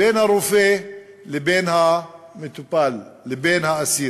בין הרופא לבין האסיר.